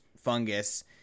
fungus